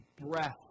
breath